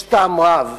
יש טעם רב